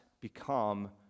become